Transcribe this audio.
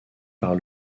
par